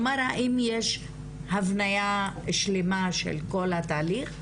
כלומר האם יש הבנייה שלימה של כל התהליך?